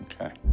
Okay